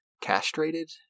castrated